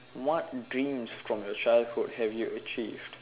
what dreams from your childhood have you achieved